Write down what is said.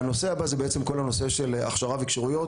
הנושא הבא הוא בעצם כל הנושא של הכשרה וכשירויות.